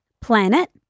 Planet